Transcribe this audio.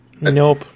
Nope